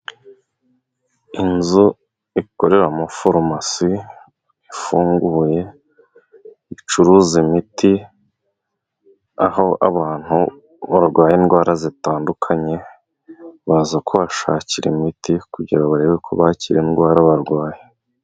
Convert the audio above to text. Inzu ikoreramo farumasi ifunguye icuruza imiti, aho abantu barwaye indwara zitandukanye baza kushakira imiti, kugira ngo barebe ko bakira indwara barwaye.